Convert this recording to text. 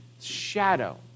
shadow